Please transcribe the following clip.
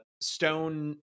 Stone